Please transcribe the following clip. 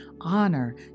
Honor